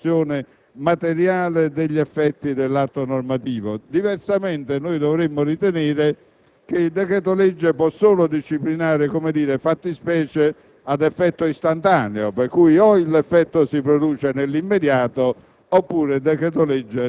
non nella produzione materiale degli effetti dell'atto normativo. Diversamente, dovremmo ritenere che il decreto‑legge può solo disciplinare fattispecie ad effetto istantaneo per cui o l'effetto si produce nell'immediato,